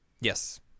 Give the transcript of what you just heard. yes